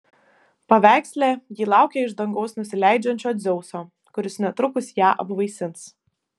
paveiksle ji laukia iš dangaus nusileidžiančio dzeuso kuris netrukus ją apvaisins